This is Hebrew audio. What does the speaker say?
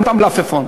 אתה מלפפון,